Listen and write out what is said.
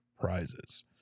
prizes